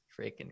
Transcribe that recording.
freaking